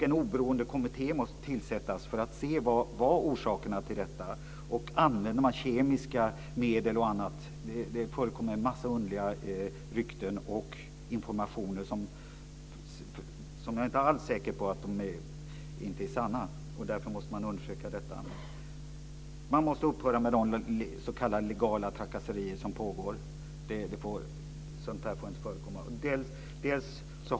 En oberoende kommitté måste tillsättas för att se vad som är orsaken till detta, om man använder kemiska ämnen och annat. Det förekommer en massa underliga rykten och informationer som jag inte alls är säker på inte är sanna. Därför måste man undersöka detta. Man måste upphöra med de s.k. legala trakasserier som pågår. Sådant där får inte förekomma.